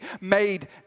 made